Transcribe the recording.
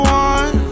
one